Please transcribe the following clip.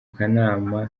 kanama